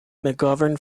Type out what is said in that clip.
mcgovern